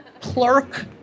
clerk